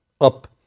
up